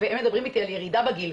והם מדברים איתי על ירידה בגיל.